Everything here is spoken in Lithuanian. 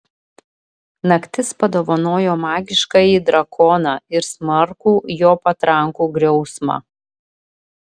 naktis padovanojo magiškąjį drakoną ir smarkų jo patrankų griausmą